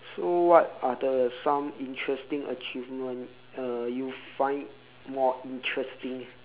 so what are the some interesting achievement uh you find more interesting